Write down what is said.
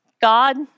God